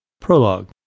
Prologue